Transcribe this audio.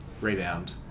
rebound